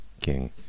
king